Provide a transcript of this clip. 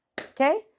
Okay